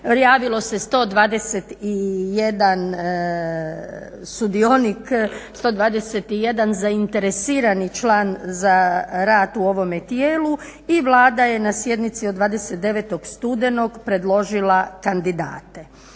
Javilo se 121 sudionik, 121 zainteresirani član za rad u ovom tijelu i Vlada je na sjednici od 29. studenog predložila kandidate.